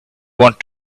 want